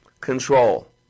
control